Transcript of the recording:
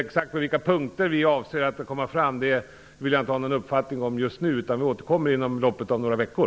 Exakt på vilka punkter vill jag inte ha någon uppfattning om just nu, utan vi återkommer inom loppet av några veckor.